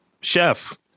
chef